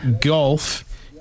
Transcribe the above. golf